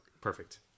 Perfect